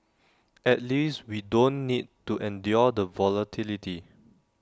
at least we don't need to endure the volatility